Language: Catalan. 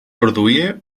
produïa